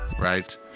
right